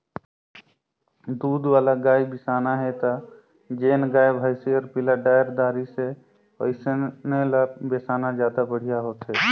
दूद वाला गाय बिसाना हे त जेन गाय, भइसी हर पिला डायर दारी से ओइसन ल बेसाना जादा बड़िहा होथे